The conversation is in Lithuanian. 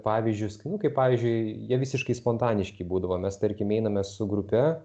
pavyzdžius kurių nu kaip pavyzdžiui jie visiškai spontaniški būdavo mes tarkim einame su grupe